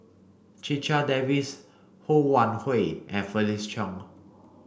Checha Davies Ho Wan Hui and Felix Cheong